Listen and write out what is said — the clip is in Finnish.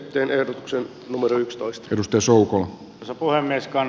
kierroksen numero ykstoista edustusjoukolla sopua reskan